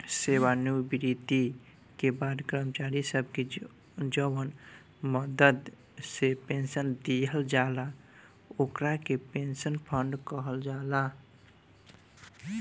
सेवानिवृत्ति के बाद कर्मचारी सब के जवन मदद से पेंशन दिहल जाला ओकरा के पेंशन फंड कहल जाला